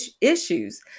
issues